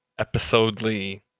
Episodely